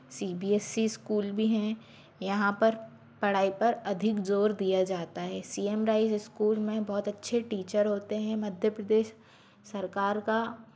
सी B S E school भी हैं यहाँ पर पढ़ाई पर अधिक ज़ोर दिया जाता है सी एम राइज़ स्कूल में बहुत अच्छे टीचर होते हैं मध्य प्रदेश सरकार का